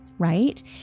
right